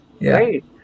Right